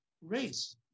race